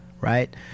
right